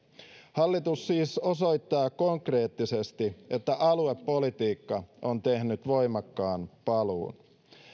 hallitus siis osoittaa konkreettisesti että aluepolitiikka on tehnyt voimakkaan paluun